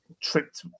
Tripped